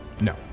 No